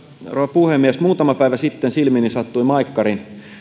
puhemies muutama päivä sitten silmiini sattui maikkarin